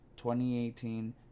2018